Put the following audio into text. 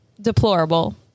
deplorable